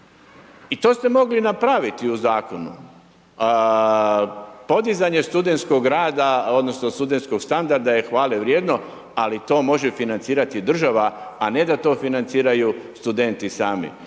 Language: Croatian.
i to ste mogli napraviti u zakonu. Podizanje studentskog rada, odnosno, studentskog standarda, je hvalevrijedno, ali to može financirati država a ne da to financiraju studenti sami.